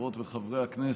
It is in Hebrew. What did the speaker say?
חברות וחברי הכנסת,